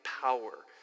power